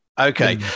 Okay